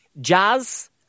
Jazz